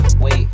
Wait